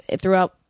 throughout